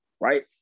right